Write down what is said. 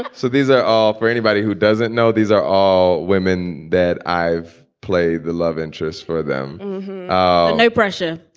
um so these are all for anybody who doesn't know. these are all women that i've played the love interest for them no pressure.